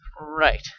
Right